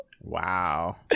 Wow